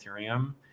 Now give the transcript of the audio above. ethereum